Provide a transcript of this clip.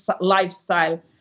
lifestyle